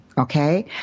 Okay